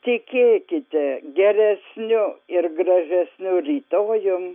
tikėkite geresniu ir gražesniu rytojum